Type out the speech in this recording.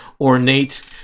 ornate